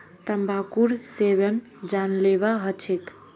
तंबाकूर सेवन जानलेवा ह छेक